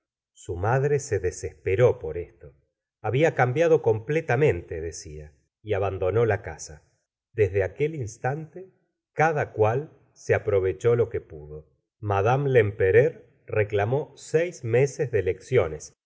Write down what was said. su madre se desesperó por esto había cambiado completamente decía y abandonó la casa desde aquel instante cada cual se aprovechó lo que pudo mad lempereur reclamó seis meses de lecciones